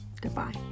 Goodbye